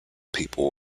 people